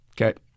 Okay